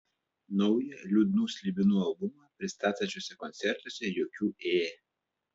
naują liūdnų slibinų albumą pristatančiuose koncertuose jokių ė